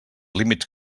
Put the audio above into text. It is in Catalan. límits